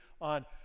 on